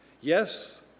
Yes